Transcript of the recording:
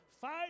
Fight